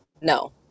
no